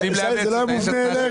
זה היה בחוש הומור.